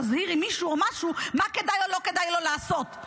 תבהירי שמישהו או משהו מה כדאי לו או לא כדאי לו לעשות?